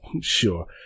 Sure